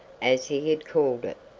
as he had called it.